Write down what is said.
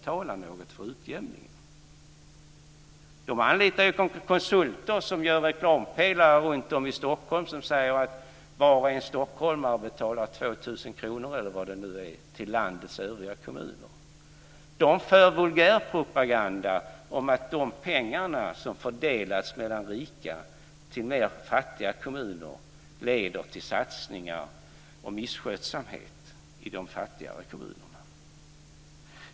Där sägs att varje stockholmare betalar 2 000 kr, eller vad det nu är, till landets övriga kommuner.